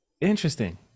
Interesting